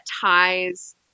ties